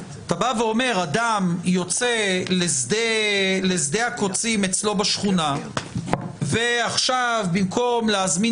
אתה ואומר: אדם יוצא לשדה הקוצים אצלו בשכונה ובמקום להזמין